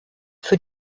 für